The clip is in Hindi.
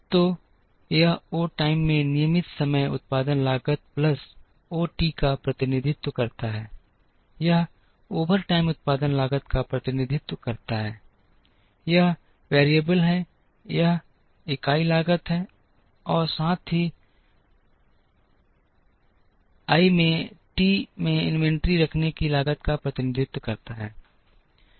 तो यह ओ टाइम में नियमित समय उत्पादन लागत प्लस ओ टी का प्रतिनिधित्व करता है यह ओवरटाइम उत्पादन लागत का प्रतिनिधित्व करता है यह वैरिएबल है यह इकाई लागत है साथ ही I में t मैं इन्वेंट्री रखने की लागत का प्रतिनिधित्व करता है